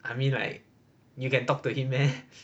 I mean like you can talk to him meh